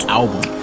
album